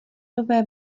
nové